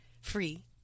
Free